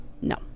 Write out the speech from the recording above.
No